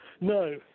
No